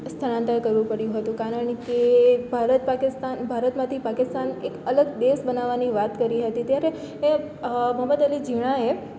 સ્થળાંતર કરવું પડ્યું હતું કારણ કે ભારત પાકિસ્તાન ભારતમાંથી પાકિસ્તાન એક અલગ દેશ બનાવાની વાત કરી હતી ત્યારે એ મોહંમદ અલી ઝીણાએ